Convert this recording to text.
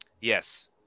Yes